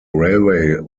railway